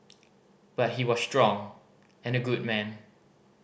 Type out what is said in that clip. but he was strong and a good man